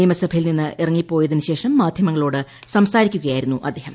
നിയമസഭയിൽ നിന്ന് ഇറങ്ങിപ്പോയതിന് ശേഷം മാധ്യമങ്ങളോട് സംസാരിക്കുകയായിരുന്നു അദ്ദേഹം